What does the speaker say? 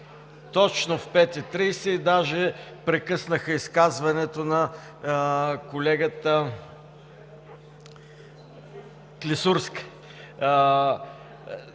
точно в 17,30 ч. и даже прекъснаха изказването на колегата Клисурска,